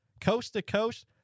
coast-to-coast